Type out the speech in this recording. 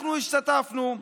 אנחנו השתתפנו.